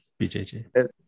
BJJ